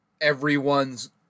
everyone's